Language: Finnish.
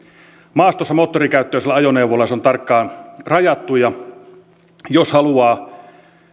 maastossa moottorikäyttöisellä ajoneuvolla ja se on tarkkaan rajattu jos haluaa